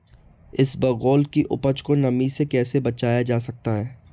इसबगोल की उपज को नमी से कैसे बचाया जा सकता है?